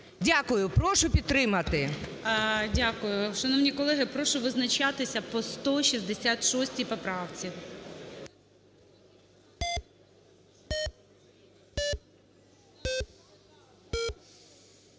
Дякую. Прошу підтримати. ГОЛОВУЮЧИЙ. Дякую. Шановні колеги, прошу визначатися по 166 поправці.